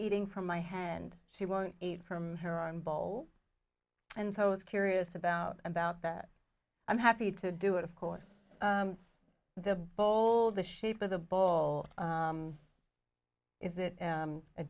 eating from my hand she won't eat from her arm bowl and so i was curious about about that i'm happy to do it of course the bowl the shape of the bowl is it